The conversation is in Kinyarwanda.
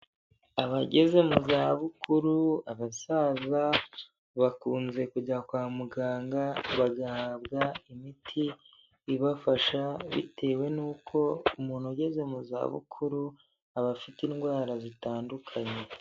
Abageze mu za bukuru, abasaza, bakunze kujya kwa muganga bagahabwa imiti ibafasha bitewe n'uko umuntu ugeze mu za bukuru aba afite indwara zitandukanye.